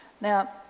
Now